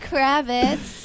Kravitz